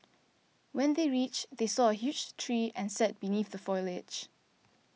when they reached they saw a huge tree and sat beneath the foliage